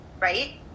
right